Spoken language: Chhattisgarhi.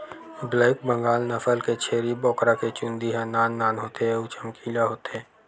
ब्लैक बंगाल नसल के छेरी बोकरा के चूंदी ह नान नान होथे अउ चमकीला होथे